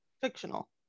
fictional